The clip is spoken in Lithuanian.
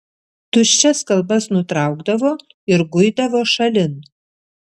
tuščias kalbas nutraukdavo ir guidavo šalin